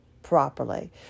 Properly